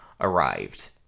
arrived